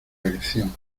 lección